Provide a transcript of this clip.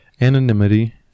Anonymity